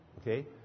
Okay